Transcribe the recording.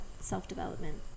self-development